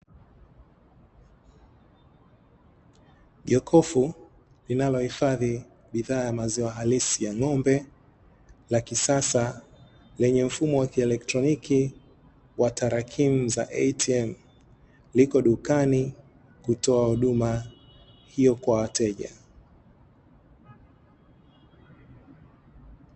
Jokofu linalo hifadhi bidhaa ya maziwa halisi ya ng'ombe la kisasa, lenye mfumo wa kielektroniki wa tarakimu za "ATM" liko dukani kutoa huduma hio kwa wateja.